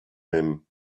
him